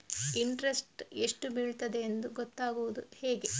Interest ಎಷ್ಟು ಬೀಳ್ತದೆಯೆಂದು ಗೊತ್ತಾಗೂದು ಹೇಗೆ?